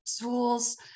tools